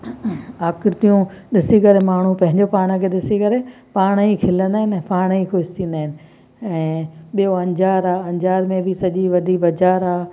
आकृतियूं ॾिसी करे माण्हू पंहिंजो पाण खे ॾिसी करे पाण ई खिलंदा आहिनि ऐं पाण ई खुश थींदा आहिनि ऐं ॿियो अंजार आहे अंजार में बि सॼी वॾी बाज़ारि आहे